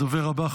הדובר הבא,